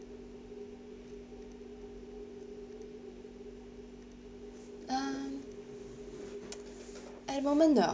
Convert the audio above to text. um at the moment no